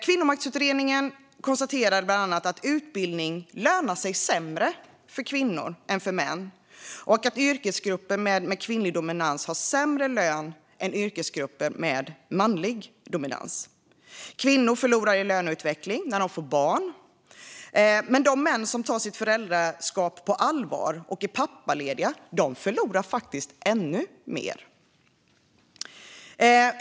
Kvinnomaktsutredningen konstaterade bland annat att utbildning lönar sig sämre för kvinnor än för män och att yrkesgrupper med kvinnlig dominans har sämre lön än yrkesgrupper med manlig dominans. Kvinnor förlorar i löneutveckling när de får barn, men de män som tar sitt föräldraskap på allvar och är pappalediga förlorar faktiskt ännu mer.